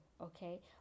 Okay